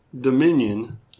Dominion